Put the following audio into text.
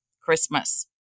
Christmas